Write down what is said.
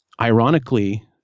ironically